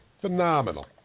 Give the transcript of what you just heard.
Phenomenal